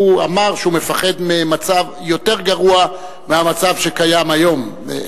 הוא אמר שהוא מפחד ממצב יותר גרוע מהמצב הקיים היום.